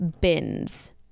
bins